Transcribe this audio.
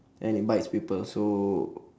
and it bites people so